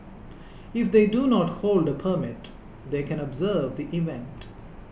if they do not hold a permit they can observe the event